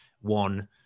one